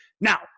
Now